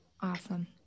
Awesome